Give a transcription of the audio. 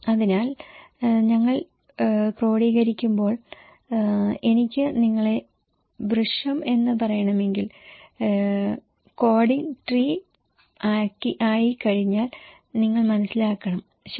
അതിനാൽ ഞങ്ങൾ ക്രോഡീകരിക്കുമ്പോൾ എനിക്ക് നിങ്ങളെ വൃക്ഷം എന്ന് പറയണമെങ്കിൽ കോഡിംഗ് ട്രീ ആയിക്കഴിഞ്ഞാൽ നിങ്ങൾ മനസ്സിലാക്കണം ശരി